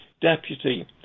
deputy